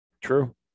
True